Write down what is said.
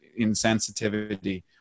insensitivity